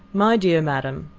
my dear madam,